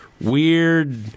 weird